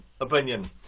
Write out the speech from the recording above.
opinion